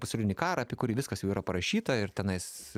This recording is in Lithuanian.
pasaulinį karą apie kurį viskas jau yra parašyta ir tenais